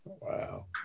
wow